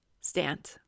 stand